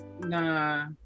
Nah